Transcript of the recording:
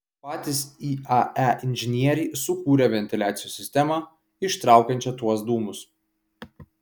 patys iae inžinieriai sukūrė ventiliacijos sistemą ištraukiančią tuos dūmus